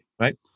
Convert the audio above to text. right